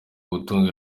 gutunga